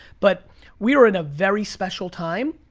but we're in a very special time.